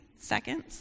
seconds